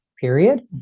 period